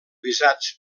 visats